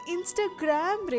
Instagram